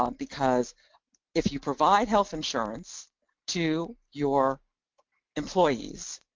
um because if you provide health insurance to your employees,